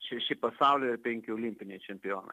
šeši pasaulio ir penki olimpiniai čempionai